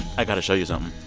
i got to show you so um